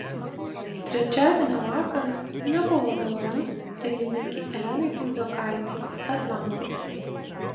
trečiadienio vakaras nebuvo malonus dainininkei elenai puidokaitei atlantai